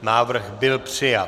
Návrh byl přijat.